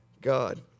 God